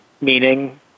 meaning